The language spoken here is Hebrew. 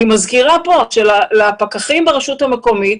אני מזכירה כאן שלפקחים ברשות המקומית,